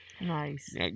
Nice